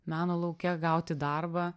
meno lauke gauti darbą